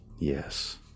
Yes